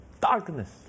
Darkness